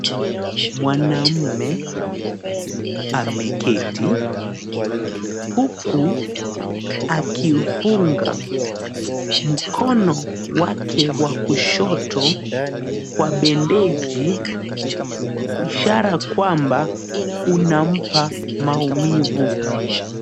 Mwanamume ameketi huku akiufunga mkono wake wa kushoto kwa bendeji ishara kwamba unampa maumivu.